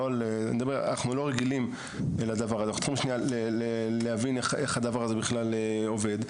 אנחנו צריכים שנייה להבין איך הדבר הזה עובד,